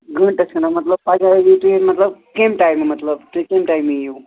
گٲنٹَس کھَنڈس مطلب پگاہ یِیِو تُہۍ مطلب کمہ ٹایمہ مطلب تُہۍ کمہ ٹایمہ یِیِو